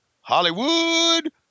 Hollywood